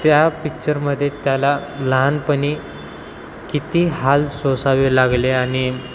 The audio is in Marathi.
त्या पिक्चरमध्ये त्याला लहानपणी किती हाल सोसावे लागले आणि